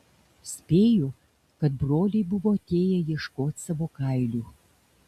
spėju kad broliai buvo atėję ieškot savo kailių